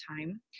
time